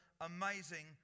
amazing